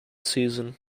season